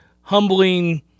humbling